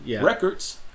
Records